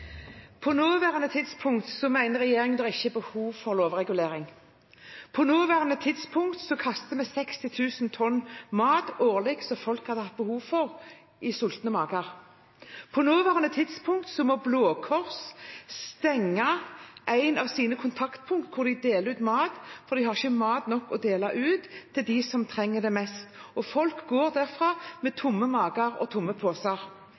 behov for lovregulering. På det nåværende tidspunkt kaster vi årlig 60 000 tonn mat som folk hadde hatt behov for i sultne mager. På det nåværende tidspunkt må Blå Kors stenge et av sine kontaktpunkt hvor de deler ut mat, for de har ikke mat nok å dele ut til dem som trenger det mest. Folk går derfra med tomme mager og tomme poser.